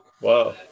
wow